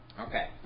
Okay